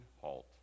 halt